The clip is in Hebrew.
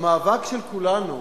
במאבק של כולנו